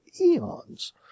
eons